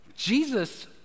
Jesus